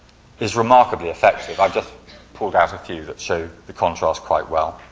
is remarkably effective. i've just pulled ah so a few that show the contrast quite well.